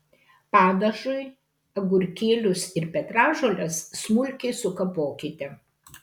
padažui agurkėlius ir petražoles smulkiai sukapokite